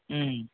ம்